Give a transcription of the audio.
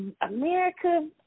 America